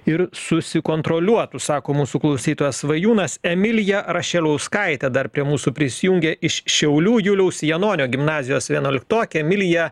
ir susikontroliuotų sako mūsų klausytojas svajūnas emilija rašeliauskaitė dar prie mūsų prisijungė iš šiaulių juliaus janonio gimnazijos vienuoliktokė emilija